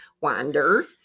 wander